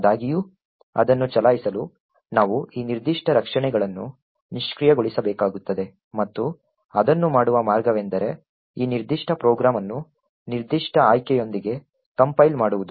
ಆದಾಗ್ಯೂ ಅದನ್ನು ಚಲಾಯಿಸಲು ನಾವು ಈ ನಿರ್ದಿಷ್ಟ ರಕ್ಷಣೆಗಳನ್ನು ನಿಷ್ಕ್ರಿಯಗೊಳಿಸಬೇಕಾಗುತ್ತದೆ ಮತ್ತು ಅದನ್ನು ಮಾಡುವ ಮಾರ್ಗವೆಂದರೆ ಈ ನಿರ್ದಿಷ್ಟ ಪ್ರೋಗ್ರಾಂ ಅನ್ನು ನಿರ್ದಿಷ್ಟ ಆಯ್ಕೆಯೊಂದಿಗೆ ಕಂಪೈಲ್ ಮಾಡುವುದು